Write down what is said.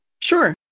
Sure